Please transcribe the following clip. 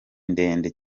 ndende